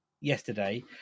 yesterday